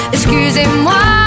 Excusez-moi